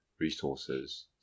resources